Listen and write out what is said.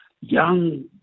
young